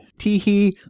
Teehee